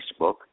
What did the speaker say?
Facebook